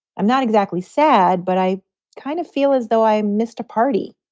i'm not exactly sad, but i kind of feel as though i missed a party